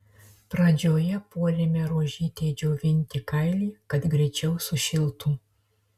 pradžioje puolėme rožytei džiovinti kailį kad greičiau sušiltų